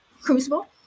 Crucible